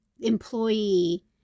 employee